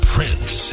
Prince